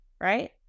right